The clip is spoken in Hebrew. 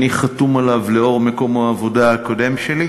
אני חתום עליו לאור מקום העבודה הקודם שלי,